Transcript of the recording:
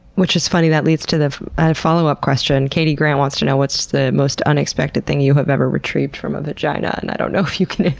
which is funny, that leads to the follow-up question. katy grant wants to know what's the most unexpected thing you have ever retrieved from a vagina? and i don't know if you can